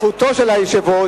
זכותו של היושב-ראש,